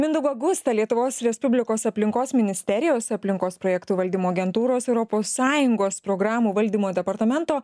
mindaugą gustą lietuvos respublikos aplinkos ministerijos aplinkos projektų valdymo agentūros europos sąjungos programų valdymo departamento